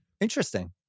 Interesting